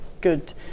Good